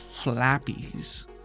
Flappies